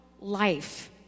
life